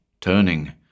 Turning